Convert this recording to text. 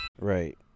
Right